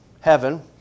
heaven